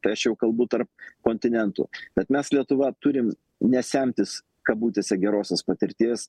tai aš jau kalbu tarp kontinentų kad mes lietuva turim ne semtis kabutėse gerosios patirties